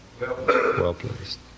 well-placed